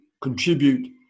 contribute